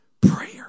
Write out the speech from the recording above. Prayer